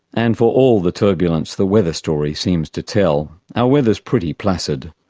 and for all the turbulence the weather story seems to tell our weather's pretty placid.